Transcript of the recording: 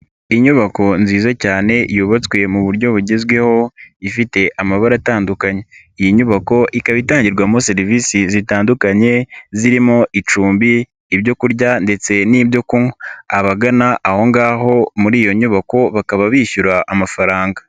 Inyubako nziza cyane yubatswe mu buryo bugezweho ifite amabara atandukanye, iyi nyubako ikaba itangirwamo serivisi zitandukanye zirimo icumbi, ibyo kurya ndetse n'ibyo kunywa, abagana aho ngaho muri iyo nyubako bakaba bishyura amafaranga.